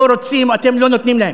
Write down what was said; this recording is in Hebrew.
לא רוצים, אתם לא נותנים להן.